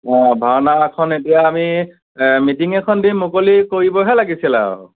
হয় ভাওনাখন এতিয়া আমি মিটিং এখন দি মুকলি কৰিবহে লাগিছিল আৰু